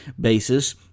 basis